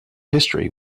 history